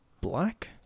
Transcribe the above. Black